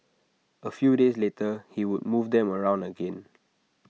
A few days later he would move them around again